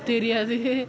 தெரியாது:teriyaathu